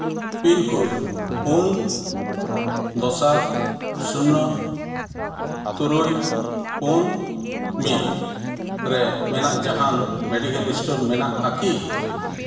pin code ᱯᱩᱱ ᱫᱚᱥᱟᱨ ᱥᱩᱱᱱᱚ ᱛᱩᱨᱩᱭ ᱯᱩᱱ ᱢᱤᱫ ᱨᱮ ᱢᱮᱱᱟᱜ ᱡᱟᱦᱟᱱ ᱢᱮᱰᱤᱠᱮᱞ ᱥᱴᱳᱨ ᱢᱮᱱᱟᱜᱼᱟ ᱠᱤ